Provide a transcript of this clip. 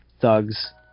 thugs